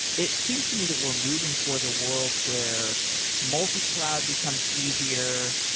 it seems to me that we're moving towards a world where multi-cloud becomes easier.